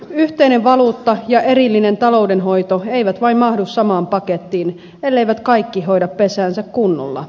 yhteinen valuutta ja erillinen taloudenhoito eivät vain mahdu samaan pakettiin elleivät kaikki hoida pesäänsä kunnolla